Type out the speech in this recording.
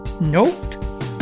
note